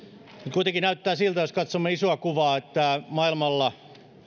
kuitenkin näyttää siltä jos katsomme isoa kuvaa että maailmalla